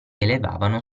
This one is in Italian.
elevavano